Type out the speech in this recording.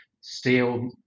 Steel